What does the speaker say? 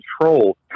Control